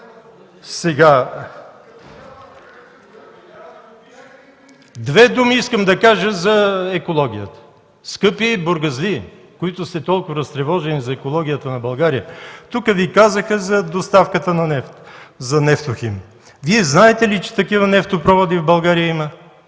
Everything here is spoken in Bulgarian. Две думи искам да кажа за екологията. Скъпи бургазлии, които сте толкова разтревожени за екологията на България! Тук Ви казаха за доставката на нефт за „Нефтохим”. Вие знаете ли, че такива нефтопроводи в България има?